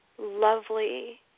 Lovely